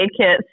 kits